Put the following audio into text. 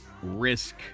Risk